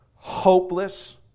hopeless